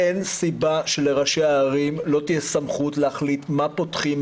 אין סיבה שלראשי הערים לא תהיה סמכות להחליט מה פותחים,